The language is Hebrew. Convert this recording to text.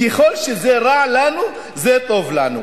ככל שזה רע לנו זה טוב לנו.